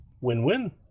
Win-win